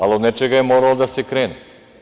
Ali, od nečega je moralo da se krene.